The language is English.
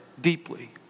deeply